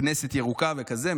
כנסת ירוקה וכזה,